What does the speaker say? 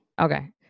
Okay